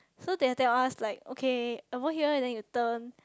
so they will tell us like okay over here then you turn